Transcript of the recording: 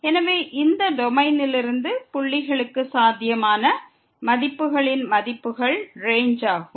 எனவே இந்த டொமைனிலிருந்து புள்ளிகளுக்கு சாத்தியமான மதிப்புகளின் மதிப்புகள் ரேஞ்ச் ஆகும்